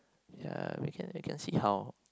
ya we can we can see how